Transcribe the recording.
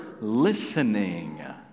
listening